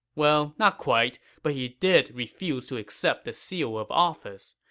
well, not quite, but he did refuse to accept the seal of office.